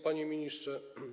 Panie Ministrze!